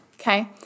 okay